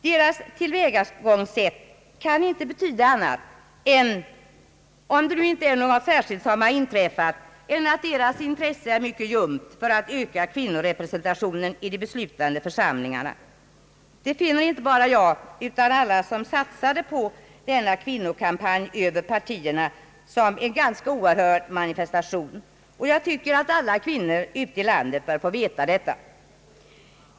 Deras tillvägagångssätt kan inte betyda något annat — om det nu inte är något särskilt som har inträffat — än att deras intresse är mycket ljumt för att öka kvinnorepresentationen i de beslutande församlingarna. Det finner inte bara jag, utan alla som satsade på denna kvinnokampanj över partierna som en ganska oerhörd manifestation. Jag tycker att alla kvinnor ute i landet bör få veta detta.